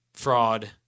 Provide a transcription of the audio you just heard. fraud